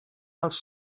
els